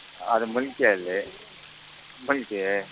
ಅದು ಮುಲ್ಕಿಯಲ್ಲಿ ಮುಲ್ಕಿ